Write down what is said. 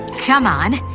come on,